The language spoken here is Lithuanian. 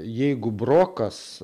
jeigu brokas